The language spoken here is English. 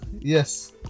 Yes